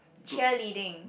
cheerleading